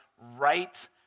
right